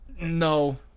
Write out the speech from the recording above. No